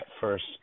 first